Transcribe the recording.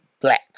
black